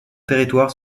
territoire